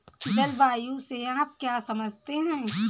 जलवायु से आप क्या समझते हैं?